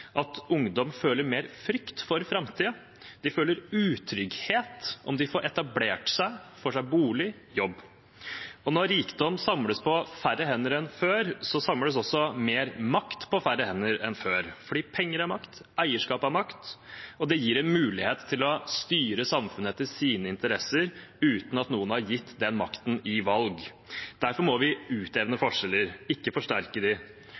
at ungdom føler mer frykt for framtiden enn før, de føler utrygghet for om de får etablert seg, får seg bolig og jobb. Når rikdom samles på færre hender enn før, samles også mer makt på færre hender enn før. For penger er makt; eierskap er makt. Det gir en mulighet til å styre samfunnet etter sine interesser uten at en er gitt den makten i valg. Derfor må vi utjevne forskjeller, ikke forsterke